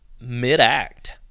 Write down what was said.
mid-act